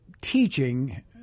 teaching